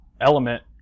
Element